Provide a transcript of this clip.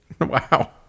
Wow